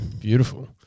Beautiful